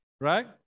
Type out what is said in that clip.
Right